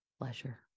pleasure